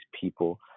people